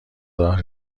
راه